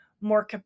more